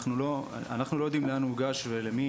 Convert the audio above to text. אנחנו לא יודעים לאן הוא הוגש ולמי.